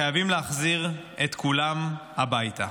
חייבים להחזיר את כולם הביתה.